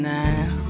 now